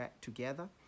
together